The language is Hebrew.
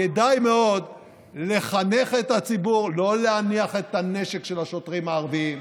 כדאי מאוד לחנך את הציבור לא להניח את הנשק של השוטרים הערבים,